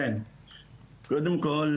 קודם כל,